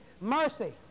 mercy